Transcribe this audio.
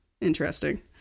Interesting